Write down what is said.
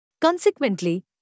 Consequently